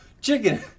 chicken